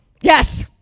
Yes